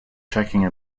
checking